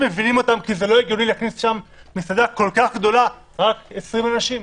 מבינים אותן כי זה לא הגיוני להכניס במסעדה כל כך גדולה רק 20 אנשים.